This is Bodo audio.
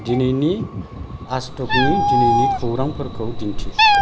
दिनैनि आज टक नि दिनैनि खौरांफोरखौ दिन्थि